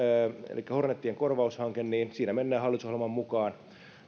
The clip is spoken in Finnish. elikkä hornetien korvaushankkeessa mennään hallitusohjelman mukaan